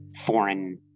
foreign